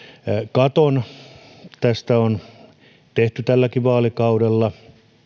katon tästä on tehty tälläkin vaalikaudella